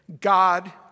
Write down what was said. God